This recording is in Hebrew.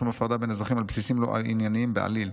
שום הפרדה בין אזרחים על בסיסים לא ענייניים בעליל.